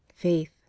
faith